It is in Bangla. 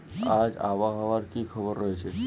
আজ আবহাওয়ার কি খবর রয়েছে?